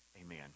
amen